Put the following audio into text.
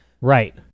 Right